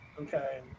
Okay